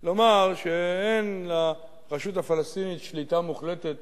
לומר שאין לרשות הפלסטינית שליטה מוחלטת